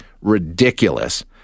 ridiculous